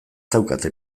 daukate